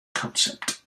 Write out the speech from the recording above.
concept